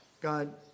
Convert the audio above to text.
God